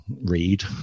read